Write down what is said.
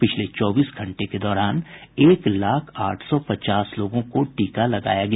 पिछले चौबीस घंटे के दौरान एक लाख आठ सौ पचास लोगों को टीका लगाया गया